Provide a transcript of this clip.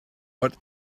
but